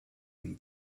him